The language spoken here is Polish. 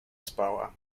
spała